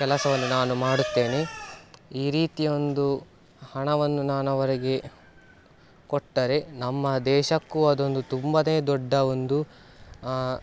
ಕೆಲಸವನ್ನು ನಾನು ಮಾಡುತ್ತೇನೆ ಈ ರೀತಿಯ ಒಂದು ಹಣವನ್ನು ನಾನು ಅವರಿಗೆ ಕೊಟ್ಟರೆ ನಮ್ಮ ದೇಶಕ್ಕೂ ಅದು ಒಂದು ತುಂಬ ದೊಡ್ಡ ಒಂದು